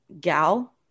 gal